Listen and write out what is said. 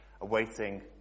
awaiting